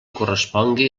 correspongui